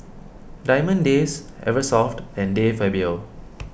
Diamond Days Eversoft and De Fabio